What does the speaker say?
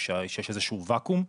שיש איזשהו ואקום.